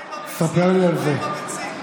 תספר לי על זה.